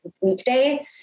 weekday